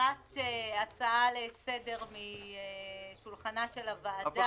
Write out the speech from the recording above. הסרת הצעה לסדר מעל שולחנה של הוועדה.